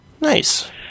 Nice